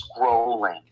scrolling